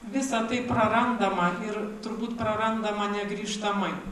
visa tai prarandama ir turbūt prarandama negrįžtamai